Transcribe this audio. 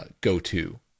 go-to